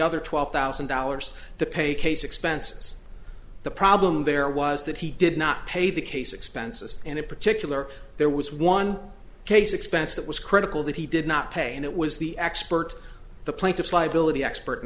other twelve thousand dollars to pay the case expenses the problem there was that he did not pay the case expenses and in particular there was one case expense that was critical that he did not pay and it was the expert the plaintiff's liability expert in